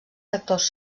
sectors